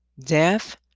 death